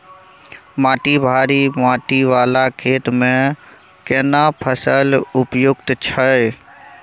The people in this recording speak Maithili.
माटी भारी माटी वाला खेत में केना फसल उपयुक्त छैय?